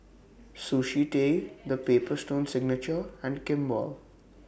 Sushi Tei The Paper Stone Signature and Kimball